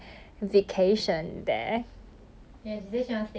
in one month so 他住 like here for three weeks then 他去